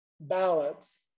ballots